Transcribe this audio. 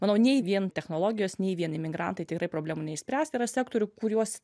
manau nei vien technologijos nei vien imigrantai tikrai problemų neišspręs yra sektorių kuriuos